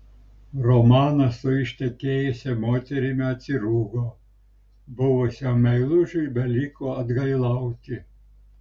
romanas su ištekėjusia moterimi atsirūgo buvusiam meilužiui beliko atgailauti